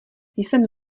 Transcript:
jsem